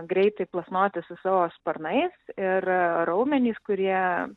greitai plasnoti su savo sparnais ir raumenys kurie